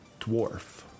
dwarf